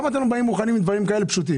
למה אתם לא באים עם תשובות על דברים כאלה פשוטים?